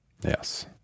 Yes